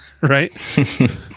right